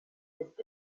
ist